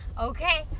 Okay